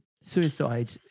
suicide